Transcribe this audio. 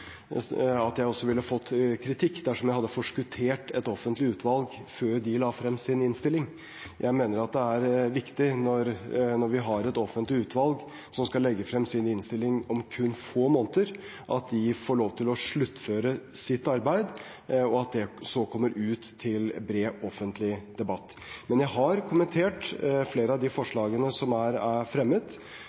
jeg også ville fått kritikk dersom jeg hadde forskuttert et offentlig utvalg før det la frem sin innstilling. Når vi har et offentlig utvalg som skal legge frem sin innstilling om kun få måneder, mener jeg det er viktig at de får lov til å sluttføre sitt arbeid, og at det så kommer ut til bred offentlig debatt. Men jeg har kommentert flere av de forslagene som er fremmet,